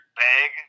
bag